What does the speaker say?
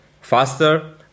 faster